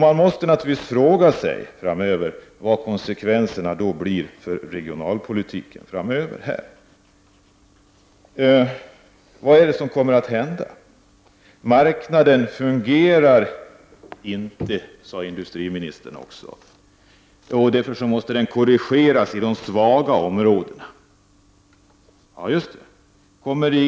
Man måste naturligtvis fråga sig vilka konsekvenserna då blir för regionalpolitiken framöver. Vad är det som kommer att hända? Marknaden fungerar inte, sade industriministern också, och därför måste den korrigeras i de svaga områdena. Ja, just det.